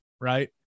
right